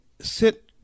sit